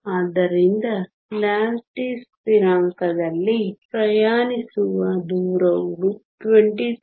ಆದ್ದರಿಂದ ಲ್ಯಾಟಿಸ್ ಸ್ಥಿರಾಂಕದಲ್ಲಿ ಪ್ರಯಾಣಿಸುವ ದೂರವು 230